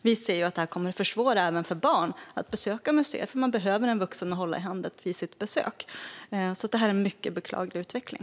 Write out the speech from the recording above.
Vi ser att detta kommer att försvåra även för barn att besöka museer, eftersom de behöver en vuxen att hålla i handen vid sitt besök. Det här är därför en mycket beklaglig utveckling.